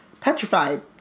petrified